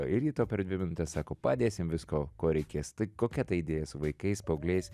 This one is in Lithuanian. ir ji tau per dvi minutes sako padėsim viskuo ko reikės tai kokia tai idėja su vaikais paaugliais